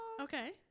Okay